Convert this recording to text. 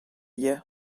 ivez